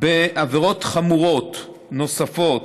בעבירות חמורות נוספות,